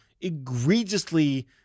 egregiously